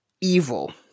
evil